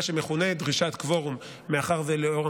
מה שמכונה "דרישת קוורום"; מאחר שלנוכח